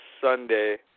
Sunday